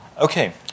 Okay